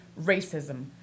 racism